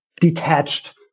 detached